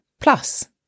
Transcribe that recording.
plus